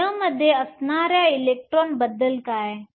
घन मध्ये असणाऱ्या इलेक्ट्रॉन बद्दल काय